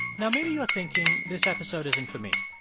now, maybe you are thinking, this episode isn't for me.